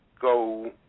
go